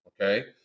Okay